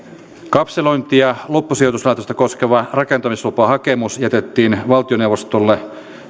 kapselointi ja loppusijoituslaitosta koskeva rakentamislupahakemus jätettiin valtioneuvostolle